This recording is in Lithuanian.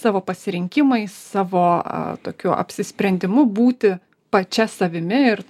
savo pasirinkimais savo tokiu apsisprendimu būti pačia savimi ir